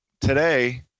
Today